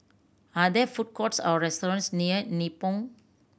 are there food courts or restaurants near Nibong